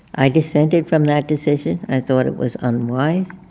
i dissented from that decision. i thought it was unwise.